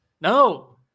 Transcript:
No